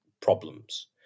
problems